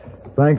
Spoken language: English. Thanks